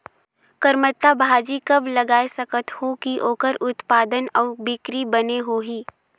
करमत्ता भाजी कब लगाय सकत हो कि ओकर उत्पादन अउ बिक्री बने होही?